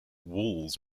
walls